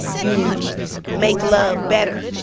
you make love better?